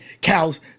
cows